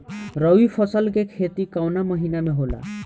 रवि फसल के खेती कवना महीना में होला?